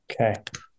Okay